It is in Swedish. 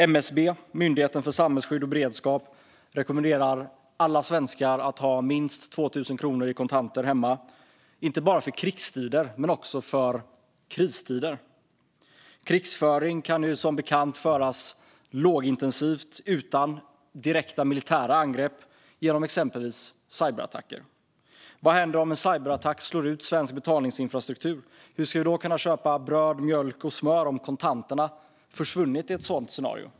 MSB, Myndigheten för samhällsskydd och beredskap, rekommenderar alla svenskar att ha minst 2 000 kronor i kontanter hemma, inte bara för krigstider utan också för kristider. Krigföring kan som bekant ske lågintensivt utan direkta militära angrepp, genom exempelvis cyberattacker. Vad händer om en cyberattack slår ut svensk betalningsinfrastruktur? Hur ska vi kunna köpa bröd, mjölk och smör om kontanterna försvunnit i ett sådant scenario?